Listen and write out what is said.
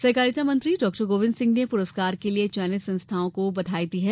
सहकारिता मंत्री डॉ गोविन्द सिंह ने पुरस्कार के लिये चयनित संस्थाओं को बधाई दी है